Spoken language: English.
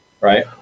right